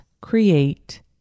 create